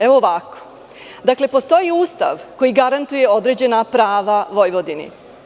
Izgleda ovako, postoji Ustav koji garantuje određena prava Vojvodini.